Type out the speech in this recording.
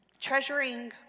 Treasuring